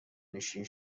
نشین